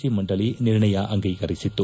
C ಮಂಡಳಿ ನಿರ್ಣಯ ಅಂಗೀಕರಿಸಿತ್ತು